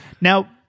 Now